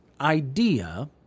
idea